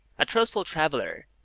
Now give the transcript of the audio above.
a truthful traveller,